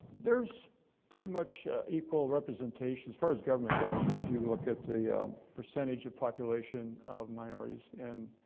there's pretty much equal representation as far as government goes. and if you look at the percentage of population of minorities and